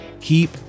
keep